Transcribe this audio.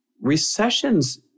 Recessions